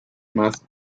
más